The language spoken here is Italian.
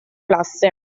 classe